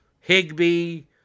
Higby